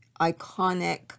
iconic